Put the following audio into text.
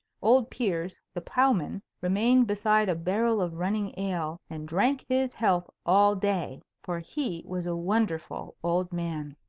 old piers, the ploughman, remained beside a barrel of running ale and drank his health all day. for he was a wonderful old man.